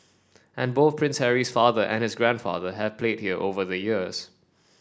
and both Prince Harry's father and his grandfather have played here over the years